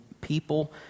people